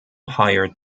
hired